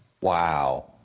wow